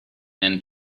and